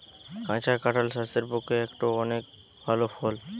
কাঁচা কাঁঠাল স্বাস্থ্যের পক্ষে একটো অনেক ভাল ফল